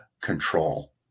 control